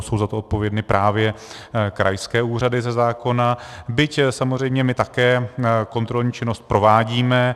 Jsou za to odpovědny právě krajské úřady ze zákona, byť samozřejmě my také kontrolní činnost provádíme.